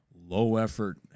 low-effort